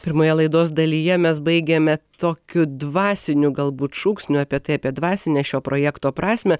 pirmoje laidos dalyje mes baigėme tokiu dvasiniu galbūt šūksniu apie tai apie dvasinę šio projekto prasmę